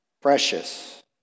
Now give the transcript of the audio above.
precious